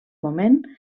moment